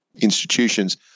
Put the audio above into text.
institutions